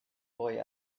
boy